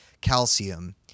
calcium